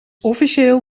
officieel